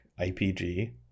IPG